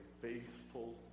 faithful